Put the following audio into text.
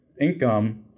income